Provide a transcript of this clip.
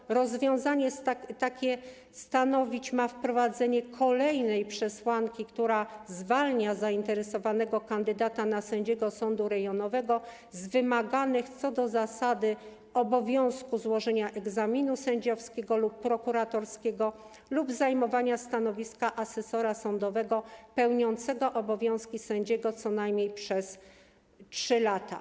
Takie rozwiązanie ma stanowić wprowadzenie kolejnej przesłanki, która zwalnia zainteresowanego kandydata na sędziego sądu rejonowego z wymaganych, co do zasady, obowiązku złożenia egzaminu sędziowskiego lub prokuratorskiego lub zajmowania stanowiska asesora sądowego pełniącego obowiązki sędziego co najmniej przez 3 lata.